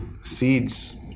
Seed's